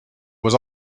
was